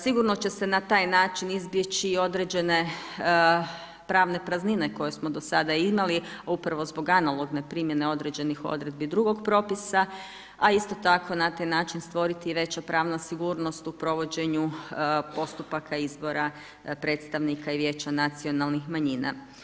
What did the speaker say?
Sigurno će se na taj način izbjeći i određene pravne praznine koje smo do sada imali, a upravo zbog analogne primjene određenih odredbi drugog propisa, a isto tako na taj način stvoriti i veća pravna sigurnost u provođenju postupaka izbora predstavnika i vijeća nacionalnih manjina.